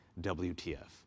WTF